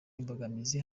imbogamizi